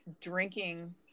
drinking